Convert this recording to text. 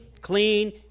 clean